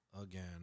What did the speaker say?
again